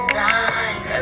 nice